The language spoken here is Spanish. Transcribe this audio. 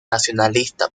nacionalista